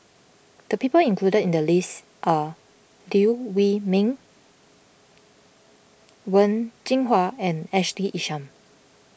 the people included in the list are Liew Wee Mee Wen Jinhua and Ashley Isham